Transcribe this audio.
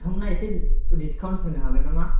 नोंथांमोनहा एसे डिसकाउन्ट होनो हागोन नामा